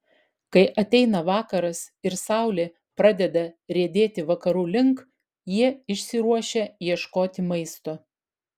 kai ateina vakaras ir saulė pradeda riedėti vakarų link jie išsiruošia ieškoti maisto